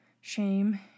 Shame